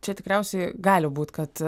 čia tikriausiai gali būt kad